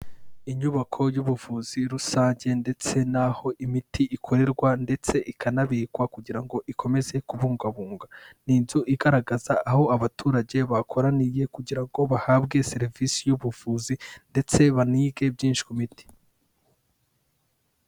Inyubako y'ubuvuzi rusange ndetse n'aho imiti ikorerwa ndetse ikanabikwa kugira ngo ikomeze kubungabugwa. Ni inzu igaragaza aho abaturage bakoraniye kugira ngo bahabwe serivisi y'ubuvuzi ndetse banige byinshi ku miti.